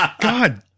God